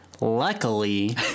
luckily